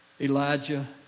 Elijah